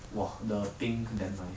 !wah! the pink damn nice